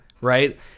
right